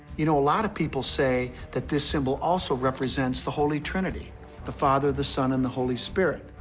you know, a lot of people say that this symbol also represents the holy trinity the father, the son, and the holy spirit.